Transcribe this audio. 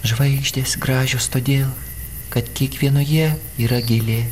žvaigždės gražios todėl kad kiekvienoje yra gėlė